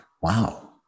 wow